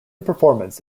performance